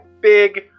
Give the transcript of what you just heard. Big